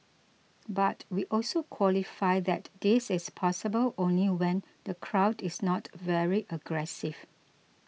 but we also qualify that this is possible only when the crowd is not very aggressive